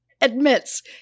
admits